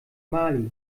mali